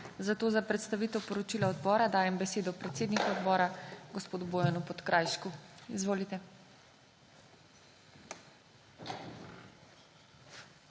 Za predstavitev poročila odbora dajem besedo predsedniku odbora gospodu Bojanu Podkrajšku. Izvolite.